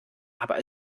aber